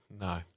No